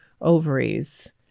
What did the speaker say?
ovaries